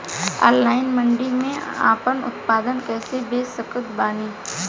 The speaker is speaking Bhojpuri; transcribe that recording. ऑनलाइन मंडी मे आपन उत्पादन कैसे बेच सकत बानी?